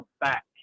back